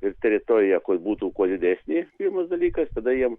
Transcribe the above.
ir teritorija kad būtų kuo didesnė pirmas dalykas tada jiem